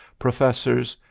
professors,